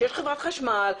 שיש חברת חשמל,